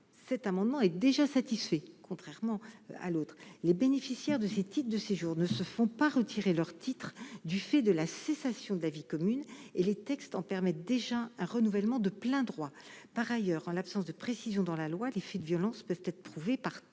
cet amendement est déjà satisfait, contrairement à l'autre, les bénéficiaires de ces types de séjours ne se font pas retirer leur titre du fait de la cessation de la vie commune et les textes en permettent déjà un renouvellement de plein droit, par ailleurs, en l'absence de précisions dans la loi, les faits de violence peuvent être trouvées par tout moyen,